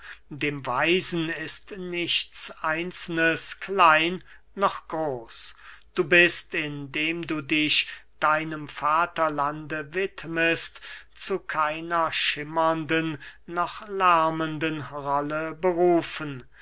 dem weisen ist nichts einzelnes klein noch groß du bist indem du dich deinem vaterlande widmest zu keiner schimmernden noch lärmenden rolle berufen